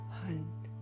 hunt